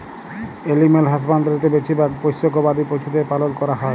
animal হাসবাঁদরিতে বেছিভাগ পোশ্য গবাদি পছুদের পালল ক্যরা হ্যয়